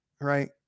right